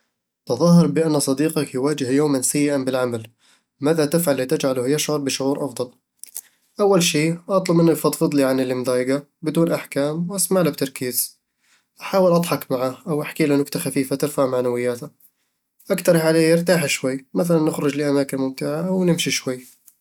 تظاهر بأن صديقك يواجه يومًا سيئًا بالعمل. ماذا تفعل لتجعله يشعر بشعور أفضل؟ أول شي، أطلب منه يفضفض لي عن اللي مضايقه بدون أحكام وأسمع له بتركيز أحاول أضحك معه أو أحكيله نكتة خفيفة ترفع معنوياته أقترح عليه يرتاح شوي، مثلاً نخرج لأماكن ممتعة أو نمشي شوي